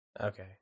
Okay